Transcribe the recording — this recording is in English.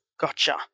gotcha